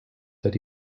that